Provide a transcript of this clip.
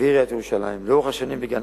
ועיריית ירושלים לאורך השנים בגן-המלך.